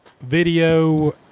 video